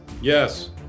Yes